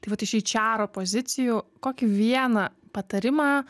tai vat iš eičero pozicijų kokį vieną patarimą